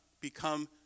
become